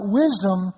wisdom